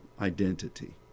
identity